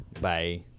Bye